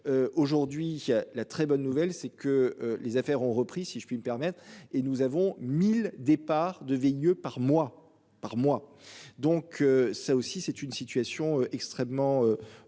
Aujourd'hui la très bonne nouvelle, c'est que les affaires ont repris, si je puis me permettre et nous avons 1000 départs de veille par mois par mois, donc ça aussi c'est une situation extrêmement.